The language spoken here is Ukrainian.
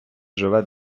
живе